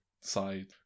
side